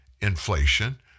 Inflation